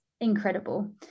incredible